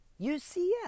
UCF